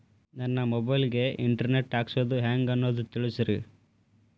ನನ್ನ ಮೊಬೈಲ್ ಗೆ internet ಹಾಕ್ಸೋದು ಹೆಂಗ್ ಅನ್ನೋದು ತಿಳಸ್ರಿ